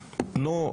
אותו.